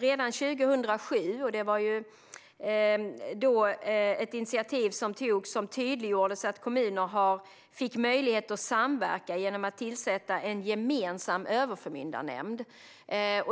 Redan 2007 tog man ett initiativ som gjorde att kommuner fick möjlighet att samverka genom att tillsätta en gemensam överförmyndarnämnd.